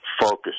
focus